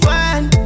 one